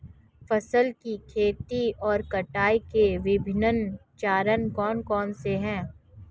फसल की खेती और कटाई के विभिन्न चरण कौन कौनसे हैं?